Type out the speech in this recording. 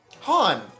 Han